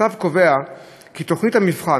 הצו קובע כי תוכנית המבחן,